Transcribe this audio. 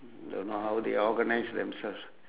don't know how they organise themselves